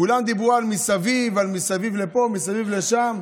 כולם דיברו מסביב, על מסביב לפה, מסביב לשם,